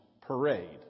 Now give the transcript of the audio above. Parade